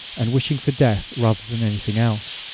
and wishing for death rather than any thing else.